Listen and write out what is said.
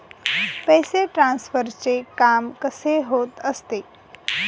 पैसे ट्रान्सफरचे काम कसे होत असते?